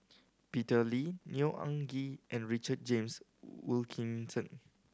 Peter Lee Neo Anngee and Richard James Wilkinson